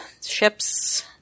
Ships